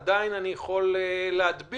אני עדיין יכול להדביק,